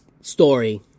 story